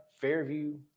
Fairview